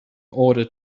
order